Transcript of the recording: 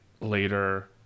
later